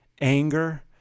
anger